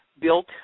built